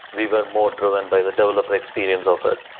we were more driven by the developer experience of it.